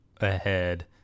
ahead